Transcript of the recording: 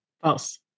false